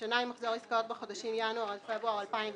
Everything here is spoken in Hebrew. ""מחזור עסקאות בחודשים ינואר עד פברואר 2019"